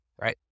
right